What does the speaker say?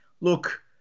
Look